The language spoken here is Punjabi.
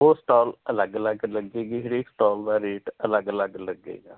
ਉਹ ਸਟੋਲ ਅਲੱਗ ਅਲੱਗ ਲੱਗਣਗੇ ਹਰੇਕ ਸਟੋਲ ਦਾ ਰੇਟ ਅਲੱਗ ਅਲੱਗ ਲੱਗੇਗਾ